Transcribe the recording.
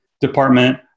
department